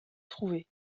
trouver